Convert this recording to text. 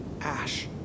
ash